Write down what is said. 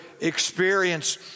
experience